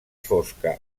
fosca